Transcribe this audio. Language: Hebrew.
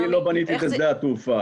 אני לא בניתי את שדה התעופה.